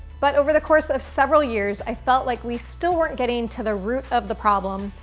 but over the course of several years, i felt like we still weren't getting to the root of the problem,